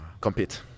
compete